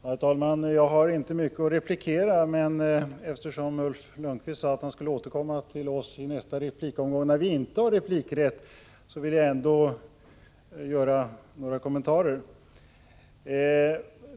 Herr talman! Jag har inte mycket att replikera, men eftersom Ulf Lönnqvist sade att han skulle återkomma i nästa replikomgång, när vi inte har replikrätt, vill jag göra några kommentarer.